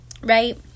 Right